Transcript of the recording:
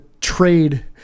trade